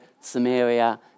Samaria